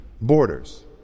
borders